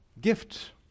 gift